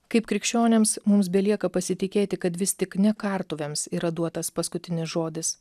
kaip krikščionims mums belieka pasitikėti kad vis tik ne kartuvėms yra duotas paskutinis žodis